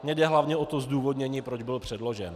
Mně jde hlavně o to zdůvodnění, proč byl předložen.